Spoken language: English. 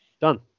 Done